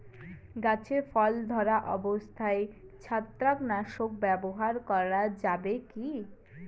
গাছে ফল ধরা অবস্থায় ছত্রাকনাশক ব্যবহার করা যাবে কী?